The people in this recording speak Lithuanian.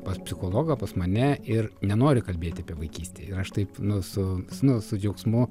pas psichologą pas mane ir nenori kalbėti apie vaikystėje aš taip nu su nu su džiaugsmu